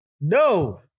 No